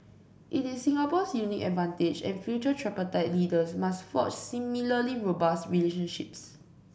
it is Singapore's unique advantage and future tripartite leaders must forge similarly robust relationships